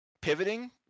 pivoting